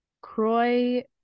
Croy